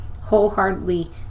wholeheartedly